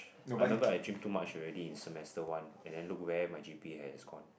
I remember I gym too much already in semester one and then look where my G_P_A has gone